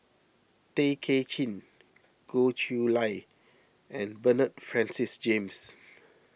Tay Kay Chin Goh Chiew Lye and Bernard Francis James